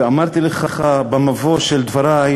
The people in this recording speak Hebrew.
ואמרתי במבוא של דברי,